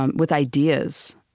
um with ideas,